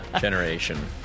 generation